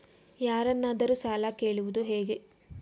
ಯಾರನ್ನಾದರೂ ಸಾಲ ಕೇಳುವುದು ಹೇಗೆ?